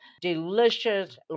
delicious